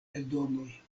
eldonoj